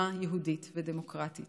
כאומה יהודית ודמוקרטית.